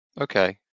Okay